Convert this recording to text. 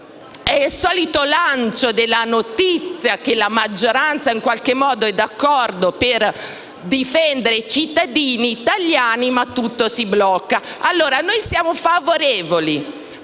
è il solito lancio della notizia che la maggioranza in qualche modo è d'accordo a difendere i cittadini italiani, ma poi tutto si blocca. Noi siamo dunque favorevoli